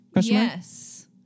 Yes